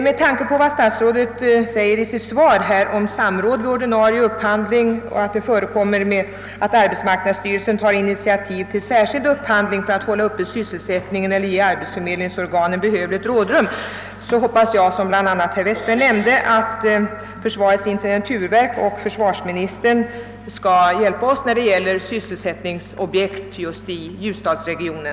Med tanke på vad statsrådet uttalade i sitt svar, nämligen att det förutom samråd vid ordinarie upphandling förekommer att arbetsmarknadsstyrelsen tar initiativ till särskild upphandling för att hålla uppe sysselsättningen eller ge arbetsförmedlingsorganen behövligt rådrum, hoppas jag, såsom även herr Westberg framhöll, att försvarets intendenturverk och försvarsministern skall hjälpa oss med sysselsättningsobjekt just i ljusdalsregionen.